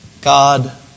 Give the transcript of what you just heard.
God